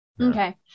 Okay